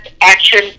Action